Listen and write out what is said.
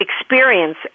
experience